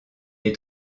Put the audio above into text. est